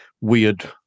weird